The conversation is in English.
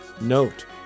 Note